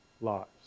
lives